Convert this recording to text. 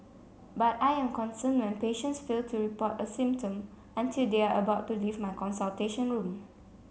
but I am concerned when patients fail to report a symptom until they are about to leave my consultation room